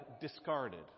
discarded